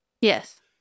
Yes